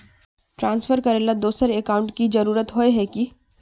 Transfer करेला दोसर account की जरुरत होय है की?